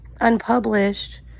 unpublished